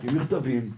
פותחים מכתבים,